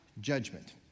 judgment